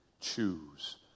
choose